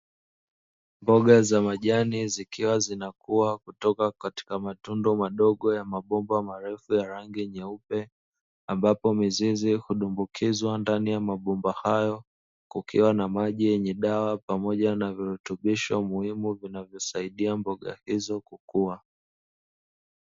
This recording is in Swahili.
Mboga za majani zikiwa zinakua kutoka katika matundu madogo ya mabomba marefu ya rangi nyeupe, ambapo mizizi hudumbukizwa ndani ya mabomba hayo kukiwa na maji yenye dawa pamoja na virutubisho muhimu vinavyosaidia mboga hizo kukua.